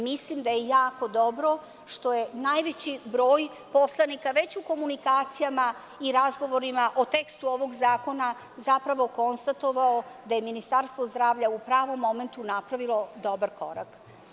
Mislim da je jako dobro što je najveći broj poslanika već u komunikacijama i razgovorima o tekstu ovog zakona zapravo konstatovao da je Ministarstvo zdravlja u pravom momentu napravilo dobar korak.